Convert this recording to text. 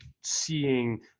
seeing